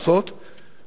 לפחות אני יודע,